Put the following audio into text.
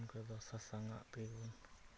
ᱟᱨ ᱵᱟᱯᱞᱟ ᱮᱢᱟᱱ ᱠᱚᱨᱮ ᱫᱚ ᱥᱟᱥᱟᱝᱟᱜ ᱛᱮᱜᱮᱵᱚᱱ